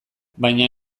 baina